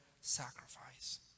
sacrifice